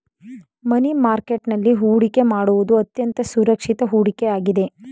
ಮನಿ market ನಲ್ಲಿ ಹೊಡಿಕೆ ಮಾಡುವುದು ಅತ್ಯಂತ ಸುರಕ್ಷಿತ ಹೂಡಿಕೆ ಆಗಿದೆ